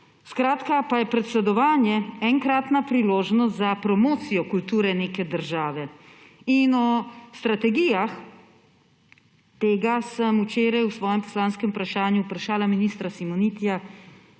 dodeljeno. Predsedovanje je enkratna priložnost za promocijo kulture neke države, o strategijah tega sem včeraj v svojem poslanskem vprašanju vprašala ministra Simonitija,